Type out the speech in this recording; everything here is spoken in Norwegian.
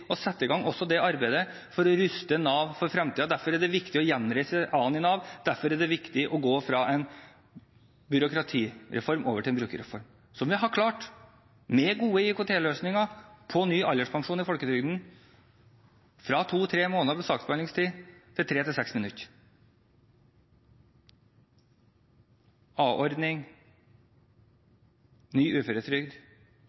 å sette i gang arbeidet med å ruste Nav for fremtiden. Derfor er det viktig å gjenreise a-en i Nav. Derfor er det viktig å gå fra en byråkratireform over til en brukerreform, som vi har klart, med gode IKT-løsninger for ny alderspensjon i folketrygden – fra to–tre måneders saksbehandlingstid til tre–seks minutter. A-ordning, ny uføretrygd